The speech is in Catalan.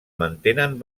mantenen